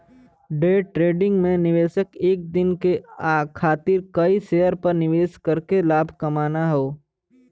day trading में निवेशक एक दिन के खातिर कई शेयर पर निवेश करके लाभ कमाना हौ